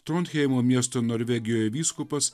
trondheimo miesto norvegijoje vyskupas